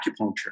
acupuncture